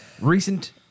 recent